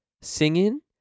singing